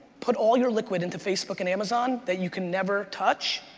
put all your liquid into facebook and amazon that you can never touch.